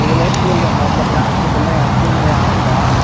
ऊ नहीं बोल रहे हैं मतलब रात के समय अति मैं आऊंगा